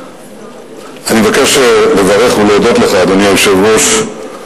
אני מבקש לברך ולהודות לך, אדוני היושב-ראש,